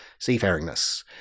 seafaringness